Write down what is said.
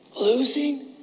losing